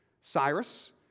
Cyrus